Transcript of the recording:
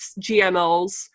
GMOs